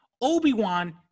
Obi-Wan